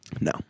No